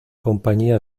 compañía